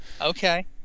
Okay